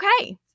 okay